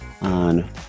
on